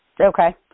Okay